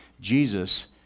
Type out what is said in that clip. Jesus